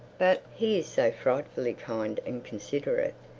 but he is so frightfully kind and considerate.